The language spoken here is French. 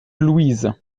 louise